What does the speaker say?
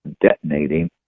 detonating